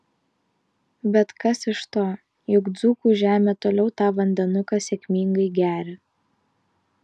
bet kas iš to juk dzūkų žemė toliau tą vandenuką sėkmingai geria